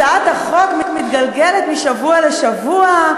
הצעת החוק מתגלגלת משבוע לשבוע,